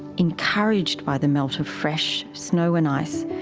encouraged by the melt of fresh snow and ice,